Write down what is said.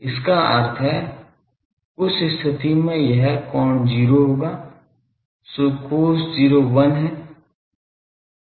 इसका अर्थ है उस स्थिति में यह कोण 0 होगा so cos 0 1 है